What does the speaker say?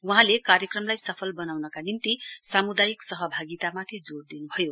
वहाँले कार्यक्रमलाई सफल बनाउनका निम्ति सामुदायित सहभागितामाथि जोइ दिनुभयो